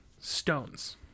stones